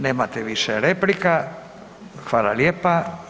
Nemate više replika, hvala lijepa.